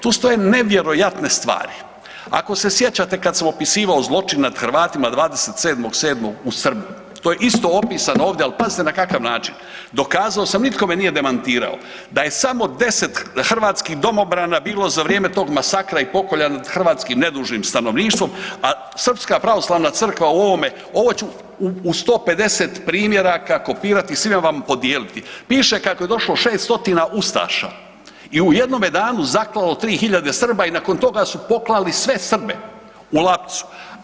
Tu stoje nevjerojatne stvari, ako se sjećate kada sam opisivao zločin nad Hrvatima 27.7. u Srbu, to je isto opisano ovdje, ali pazite na kakav način, dokazao sam nitko me nije demantirao, da je samo 10 hrvatskih domobrana bilo za vrijeme tog masakra i pokolja nad hrvatskim nedužnim stanovništvom, a Srpska pravoslavna crvka u ovome, ovo ću u 150 primjeraka kopirati i svima vam podijeliti, piše kako je došlo 600 ustaša i u jednome danu zaklalo 3.000 Srba i nakon toga su poklali sve Srbe u Lapcu.